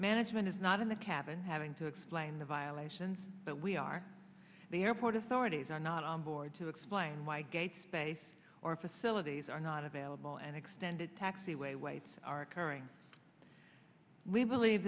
management is not in the cabin having to explain the violations but we are the airport authorities are not on board to explain why gate space or facilities are not available and extended taxiway waits are occurring we believe